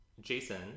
Jason